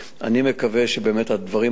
אני מקווה שבאמת הדברים האלה,